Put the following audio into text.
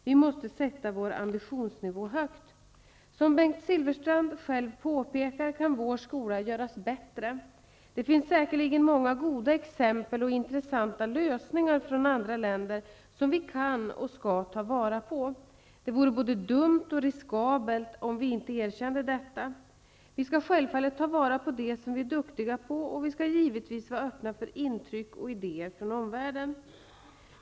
Vi måste sätta vår ambitionsnivå högt. Som Bengt Silfverstrand själv påpekar, kan vår skola göras bättre. Det finns säkerligen många goda exempel och intressanta lösningar från andra länder som vi kan och skall ta vara på. Det vore både dumt och riskabelt, om vi inte erkände detta. Vi skall självfallet ta vara på det som vi är duktiga på, och vi skall givetvis vara öppna för intryck och idéer från omvärlden.